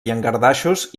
llangardaixos